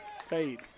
fade